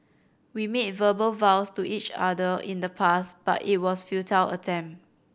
we made verbal vows to each other in the past but it was futile attempt